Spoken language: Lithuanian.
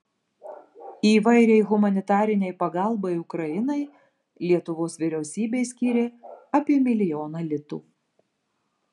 įvairiai humanitarinei pagalbai ukrainai lietuvos vyriausybė skyrė apie milijoną litų